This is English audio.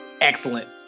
excellent